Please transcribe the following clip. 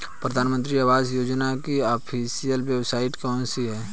प्रधानमंत्री आवास योजना की ऑफिशियल वेबसाइट कौन सी है?